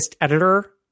editor